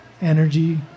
energy